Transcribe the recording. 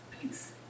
Thanks